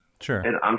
sure